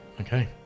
Okay